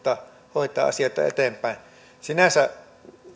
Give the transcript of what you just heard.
hoitaa asioita eteenpäin sinänsä